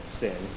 sin